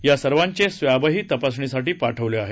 यासर्वांचे स्वॅबही तपासणीसाठी पाठवले आहेत